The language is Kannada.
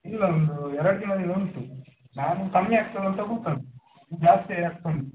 ಇಲ್ಲ ಒಂದು ಎರಡು ದಿನದಿಂದ ಉಂಟು ನಾನು ಕಮ್ಮಿ ಆಗ್ತದೇಂತ ಕೂತದ್ದು ಇದು ಜಾಸ್ತಿಯೇ ಆಗ್ತ ಉಂಟು